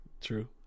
True